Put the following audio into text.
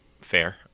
fair